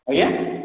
ଆଜ୍ଞା